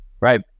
Right